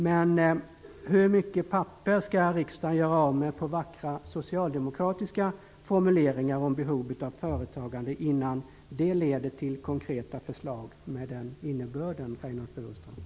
Men hur mycket papper skall riksdagen göra av med på vackra socialdemokratiska formuleringar om behov av företagande innan det leder till konkreta förslag med den innebörden, Reynoldh Furustrand?